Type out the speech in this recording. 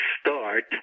start